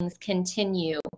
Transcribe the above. continue